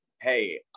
hey